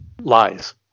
lies